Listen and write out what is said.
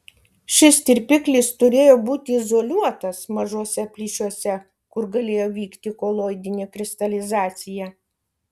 šis tirpiklis turėjo būti izoliuotas mažuose plyšiuose kur galėjo vykti koloidinė kristalizacija